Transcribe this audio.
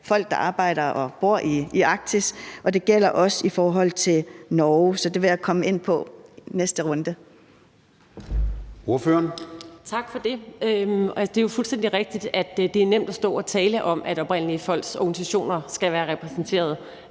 folk, der arbejder og bor i Arktis, og det gælder også i forhold til Norge. Det vil jeg komme ind på i næste runde.